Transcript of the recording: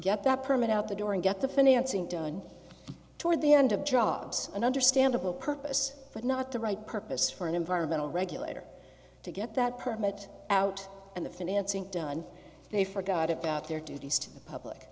get that permit out the door and get the financing done toward the end of jobs an understandable purpose but not the right purpose for an environmental regulator to get that permit out and the financing done they forgot about their duties to the public